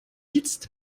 jetzt